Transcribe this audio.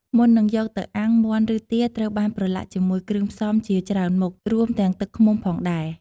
មុននឹងយកទៅអាំង មាន់ឬទាត្រូវបានប្រឡាក់ជាមួយគ្រឿងផ្សំជាច្រើនមុខ រួមទាំងទឹកឃ្មុំផងដែរ។